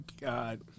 God